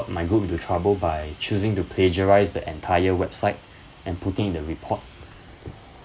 my group into trouble by choosing to plagiarize the entire website and putting in the report